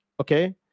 okay